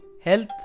health